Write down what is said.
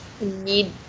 need